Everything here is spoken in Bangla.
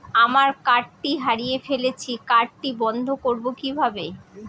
আমার কার্ডটি হারিয়ে ফেলেছি কার্ডটি বন্ধ করব কিভাবে?